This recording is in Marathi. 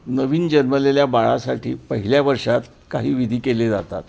नवीन जन्मलेल्या बाळासाठी पहिल्या वर्षात काही विधी केले जातात